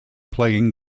playing